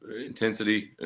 intensity